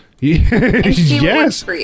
Yes